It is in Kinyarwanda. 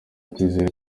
icyizere